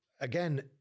again